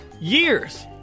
years